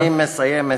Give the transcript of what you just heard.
אני מסיים.